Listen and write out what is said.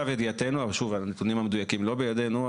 שוב הנתונים המדויקים לא בידינו,